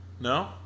No